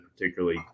particularly